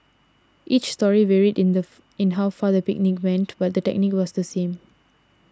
each story varied in the in how far the picnic went but the technique was the same